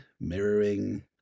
mirroring